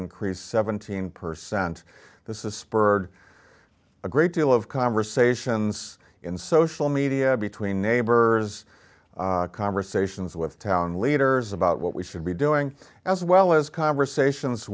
increased seventeen percent this is spurred a great deal of conversations in social media between neighbors conversations with town leaders about what we should be doing as well as conversations